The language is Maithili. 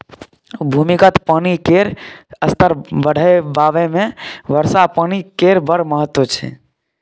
भूमिगत पानि केर स्तर बढ़ेबामे वर्षा पानि केर बड़ महत्त्व छै